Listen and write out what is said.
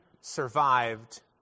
survived